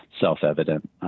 self-evident